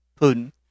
Putin